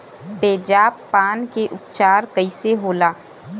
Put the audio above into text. तेजाब पान के उपचार कईसे होला?